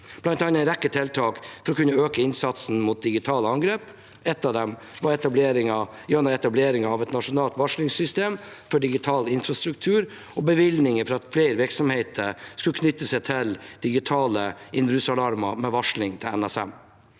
bl.a. en rekke tiltak for å kunne øke innsatsen mot digitale angrep. Ett av dem var etableringen av et nasjonalt varslingssystem for digital infrastruktur, og bevilgninger slik at flere virksomheter kunne knytte seg til digitale innbruddsalarmer med varsling til NSM.